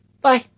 Bye